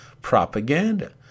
propaganda